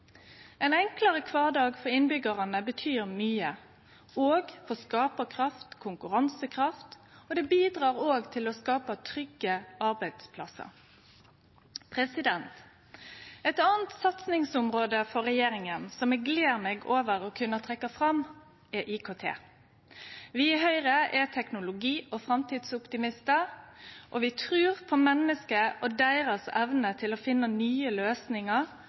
Ein enklare kvardag for innbyggjarane betyr mykje, òg for skaparkraft og konkurransekraft, og det bidreg til å skape trygge arbeidsplassar. Eit anna satsingsområde for regjeringa som eg gler meg over å kunne trekkje fram, er IKT. Vi i Høgre er teknologi- og framtidsoptimistar, og vi trur på menneske og deira evne til å finne nye løysingar